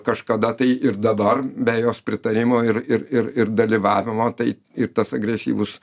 kažkada tai ir dabar be jos pritarimo ir ir ir dalyvavimo tai ir tas agresyvus